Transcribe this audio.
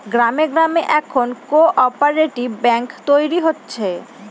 গ্রামে গ্রামে এখন কোঅপ্যারেটিভ ব্যাঙ্ক তৈরী হচ্ছে